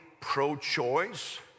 pro-choice